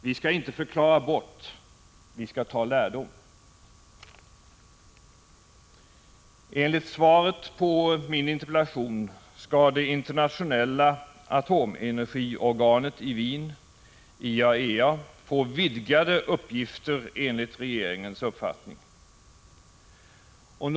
Vi skall inte förklara bort, vi skall ta lärdom. Enligt svaret på min interpellation skall det internationella atomenergiorganet i Wien, IAEA, enligt regeringens uppfattning få vidgade uppgifter.